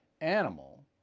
animal